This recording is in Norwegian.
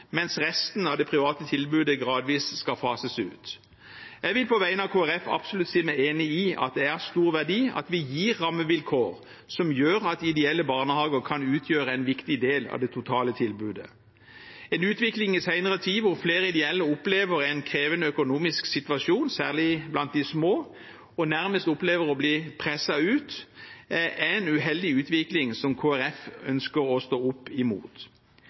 mens resten av det private tilbudet gradvis skal fases ut. Jeg vil på vegne av Kristelig Folkeparti absolutt si meg enig i at det er av stor verdi at vi gir rammevilkår som gjør at ideelle barnehager kan utgjøre en viktig del av det totale tilbudet. En utvikling den senere tid der flere ideelle, særlig blant de små, opplever en krevende økonomisk situasjon og nærmest opplever å bli presset ut, er uheldig – og en utvikling som Kristelig Folkeparti ønsker å stå opp imot.